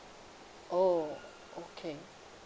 oh okay